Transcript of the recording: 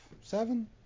seven